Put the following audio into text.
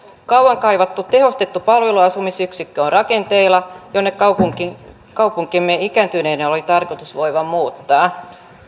kauan kaivattu tehostettu palveluasumisyksikkö jonne kaupunkimme ikääntyneiden oli tarkoitus voida muuttaa